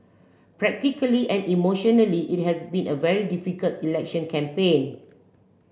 practically and emotionally it has been a very difficult election campaign